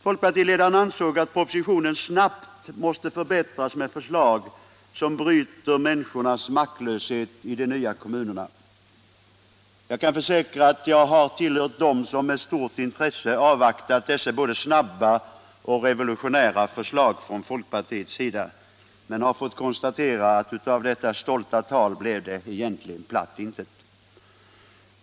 Folkpartiledaren ansåg att propositionen ”snabbt måste förbättras med förslag, som bryter människornas maktlöshet i de nya kommunerna”. Jag kan försäkra att jag tillhörde dem som med stort intresse avvaktade dessa både snabba och revolutionära förslag från folkpartiet. Men jag kan konstatera att av detta stolta tal blev egentligen platt intet.